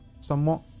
somewhat